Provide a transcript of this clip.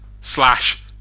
slash